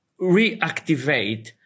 reactivate